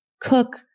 cook